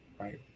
Right